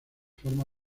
forma